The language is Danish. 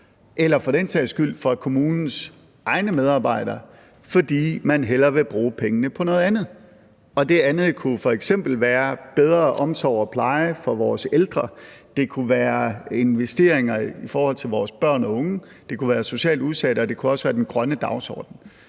eller for den sags skyld fra kommunens egne medarbejderes side, fordi man hellere vil bruge pengene på noget andet. Det »andet« kunne f.eks. være bedre omsorg og pleje for vores ældre, det kunne være investeringer i forhold til vores børn og unge, det kunne være socialt udsatte, og det kunne også